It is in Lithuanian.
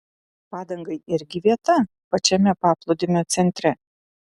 padangai irgi vieta pačiame paplūdimio centre